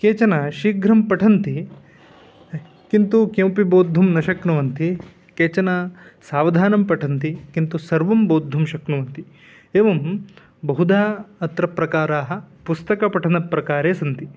केचन शीघ्रं पठन्ति किन्तु किमपि बोद्धुं न शक्नुवन्ति केचन सावधानं पठन्ति किन्तु सर्वं बोद्धुं शक्नुवन्ति एवं बहुधा अत्र प्रकाराः पुस्तकपठनप्रकारे सन्ति